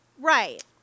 Right